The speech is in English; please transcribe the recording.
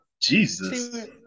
Jesus